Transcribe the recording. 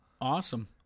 Awesome